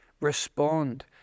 respond